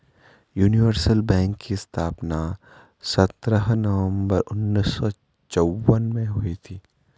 universal Bank की स्थापना सत्रह नवंबर उन्नीस सौ चौवन में हुई थी